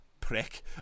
prick